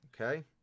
Okay